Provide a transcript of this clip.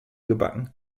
gebacken